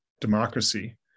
democracy